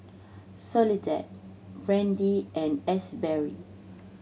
Soledad Brandie and Asberry